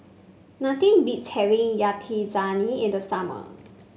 nothing beats having Yakizakana in the summer